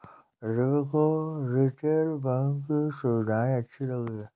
रवि को retail banking की सुविधाएं अच्छी लगी